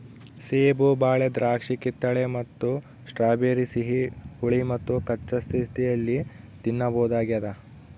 ಸೇಬು ಬಾಳೆ ದ್ರಾಕ್ಷಿಕಿತ್ತಳೆ ಮತ್ತು ಸ್ಟ್ರಾಬೆರಿ ಸಿಹಿ ಹುಳಿ ಮತ್ತುಕಚ್ಚಾ ಸ್ಥಿತಿಯಲ್ಲಿ ತಿನ್ನಬಹುದಾಗ್ಯದ